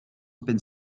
open